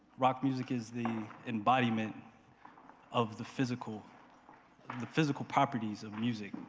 rock music is the embodiment of the physical the physical properties of music.